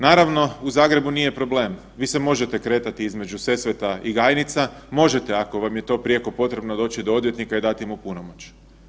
Naravno, u Zagrebu nije problem, vi se možete kretati između Sesveta i Gajnica, možete ako vam je to prijeko potrebno doći do odvjetnika i dati mu punomoć.